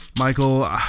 Michael